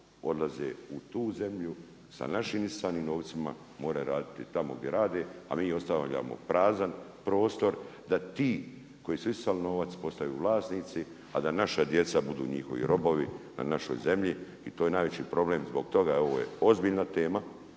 odlaze u tu zemlju, sa našim isisanim novcima, mora raditi tamo gdje rade, a mi ostavljamo prazan prostor da ti koji su isisali novac, postaju vlasnici a da naša djeca budu njihovi robovi, na našoj zemlji i to je najveći problem, zbog toga ovo je ozbiljna tema